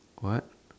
what